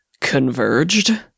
converged